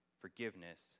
forgiveness